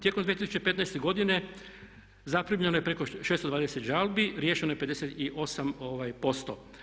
Tijekom 2015. godine zaprimljeno je preko 620 žalbi, riješeno je 58%